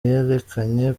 yerekanye